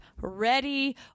ready